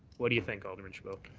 what do you think, alderman chabot?